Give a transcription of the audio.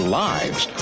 lives